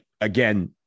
Again